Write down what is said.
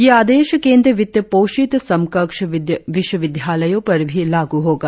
यह आदेश केंद्र वित्त पोषित समकक्ष विश्वविद्यालयों पर भी लागू होगा